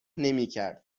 نمیکرد